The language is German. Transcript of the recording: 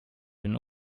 den